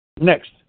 Next